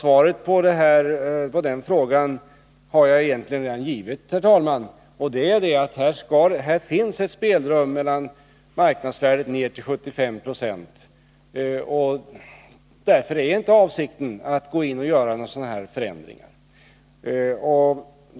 Svaret på den frågan har jag egentligen redan givit, herr talman, och det är att det här finns ett spelrum mellan hela marknadsvärdet och ner till 75 96 av det och att avsikten därför inte är att vidta några sådana förändringar.